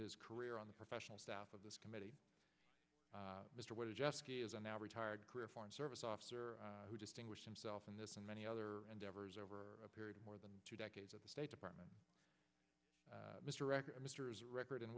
his career on the professional staff of this committee mr what is just as a now retired career foreign service officer who distinguished himself in this and many other endeavors over a period of more than two decades at the state department mr record